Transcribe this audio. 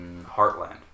Heartland